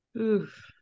Oof